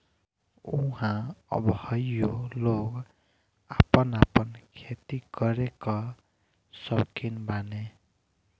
ऊहाँ अबहइयो लोग आपन आपन खेती करे कअ सौकीन बाने